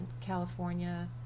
California